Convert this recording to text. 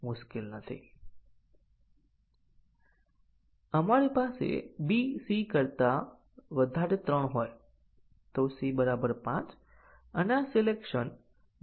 અને જો અમારી પાસે 30 બિલિયન છે પરંતુ પછી તમે પૂછશો કે શું તે ખરેખર થાય છે કે ઘણા સંયોજનો કન્ડીશન અભિવ્યક્તિઓમાં કોમ્પોનન્ટ કન્ડીશન તે થાય છે